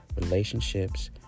relationships